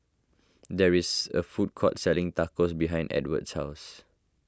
there is a food court selling Tacos behind Edwardo's house